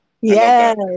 Yes